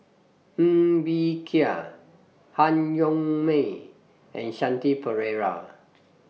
Ng Bee Kia Han Yong May and Shanti Pereira